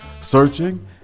Searching